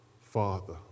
Father